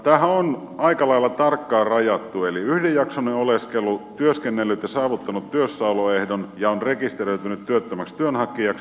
tämähän on aika lailla tarkkaan rajattu eli yhdenjaksoinen oleskelu työskennellyt ja saavuttanut työssäoloehdon ja on rekisteröitynyt työttömäksi työnhakijaksi